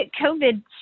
COVID